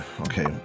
Okay